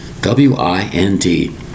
W-I-N-D